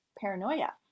paranoia